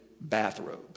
bathrobe